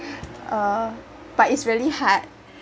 uh but it’s really hard